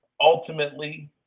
ultimately